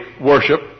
worship